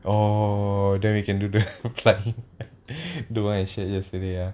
oh then we can do the the one I showed yesterday ah